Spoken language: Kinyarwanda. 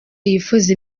yifuza